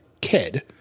kid